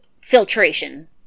filtration